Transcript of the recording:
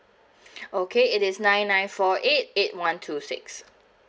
okay it is nine nine four eight eight one two six